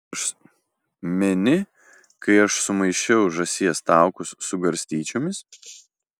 meni kai aš sumaišiau žąsies taukus su garstyčiomis